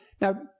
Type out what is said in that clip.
now